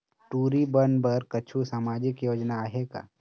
टूरी बन बर कछु सामाजिक योजना आहे का?